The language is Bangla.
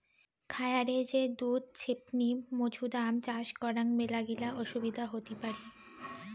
খায়ারে যে দুধ ছেপনি মৌছুদাম চাষ করাং মেলাগিলা অসুবিধা হতি পারি